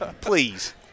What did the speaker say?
Please